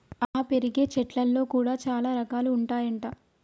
ఆ పెరిగే చెట్లల్లో కూడా చాల రకాలు ఉంటాయి అంట